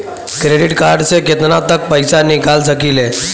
Credit card से केतना तक पइसा निकाल सकिले?